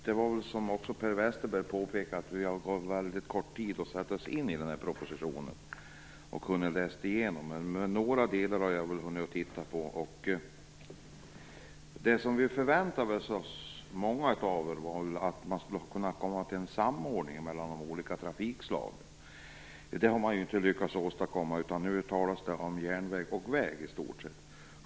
Herr talman! Som Per Westerberg påpekade har vi haft mycket kort tid på oss för att sätta oss in i propositionen, men jag har hunnit titta närmare på några delar av den. Det som många förväntade sig var att man skulle kunna komma fram till en samordning mellan de olika trafikslagen. Det har man inte lyckats åstadkomma, utan det talas nu i stort sett om järnväg och väg.